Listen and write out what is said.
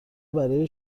برای